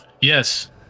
Yes